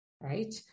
right